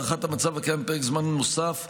בהארכת המצב הקיים בפרק זמן נוסף,